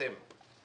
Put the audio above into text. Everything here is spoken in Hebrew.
- שאני